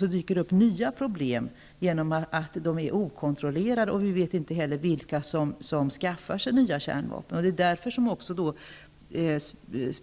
Det dyker upp nya problem genom att kärnvapnen är okontrollerade. Vi vet inte heller vilka som skaffar sig nya kärnvapen.